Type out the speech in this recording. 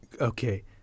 Okay